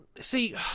See